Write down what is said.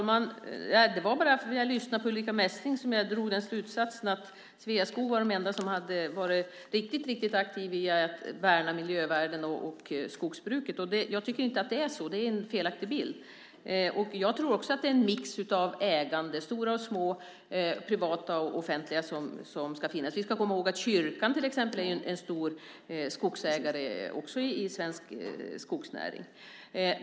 Herr talman! Det var bara för att jag lyssnade på Ulrica Messing som jag drog den slutsatsen att Sveaskog var de enda som hade varit riktigt aktiva när det gäller att värna miljövärden och skogsbruket. Jag tycker inte att det är så. Det är en felaktig bild. Jag tror också att det är en mix av ägande - ägande av stora och små, privata och offentliga - som ska finnas. Vi ska komma ihåg att kyrkan till exempel också är en stor skogsägare i svensk skogsnäring.